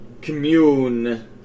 commune